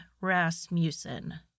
Rasmussen